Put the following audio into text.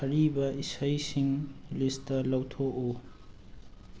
ꯑꯔꯤꯕ ꯏꯁꯩꯁꯤꯡ ꯂꯤꯁꯇ ꯂꯧꯊꯣꯛꯎ